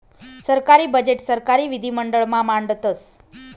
सरकारी बजेट सरकारी विधिमंडळ मा मांडतस